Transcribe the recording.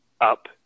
up